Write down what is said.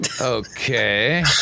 Okay